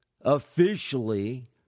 officially